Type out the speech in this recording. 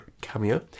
cameo